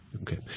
Okay